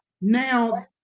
now